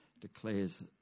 declares